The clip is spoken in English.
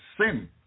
sin